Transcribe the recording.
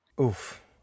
Oof